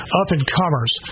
up-and-comers